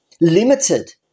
limited